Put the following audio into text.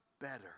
better